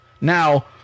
Now